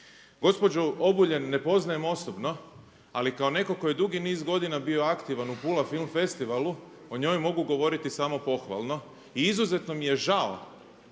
Gospođu Obuljen ne poznajem osobno, ali kao netko tko je dugi niz godina bio aktivan u Pula film festivalu o njoj mogu govoriti samo pohvalno. I izuzetno mi je žao